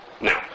Now